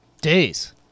Days